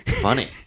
funny